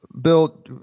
Bill